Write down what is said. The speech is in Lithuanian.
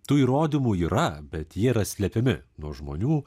tų įrodymų yra bet jie yra slepiami nuo žmonių